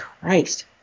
Christ